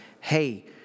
Hey